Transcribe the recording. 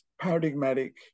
paradigmatic